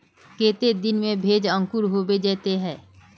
केते दिन में भेज अंकूर होबे जयते है?